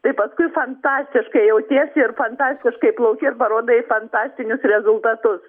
tai paskui fantastiškai jautiesi ir fantastiškai plauki ir parodai fantastinius rezultatus